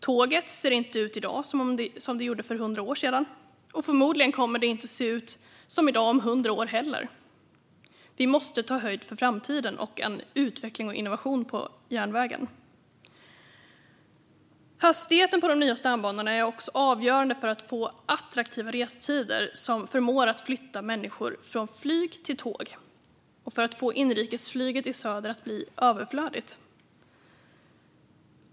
Tåget ser i dag inte ut som det gjorde för hundra år sedan. Förmodligen kommer det heller inte att se ut som i dag om hundra år. Vi måste ta höjd för framtiden och en utveckling och innovation på järnvägen. Hastigheten på de nya stambanorna är avgörande för att få attraktiva restider som förmår att flytta människor från flyg till tåg och för att få inrikesflyget i söder att bli överflödigt.